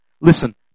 Listen